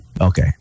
Okay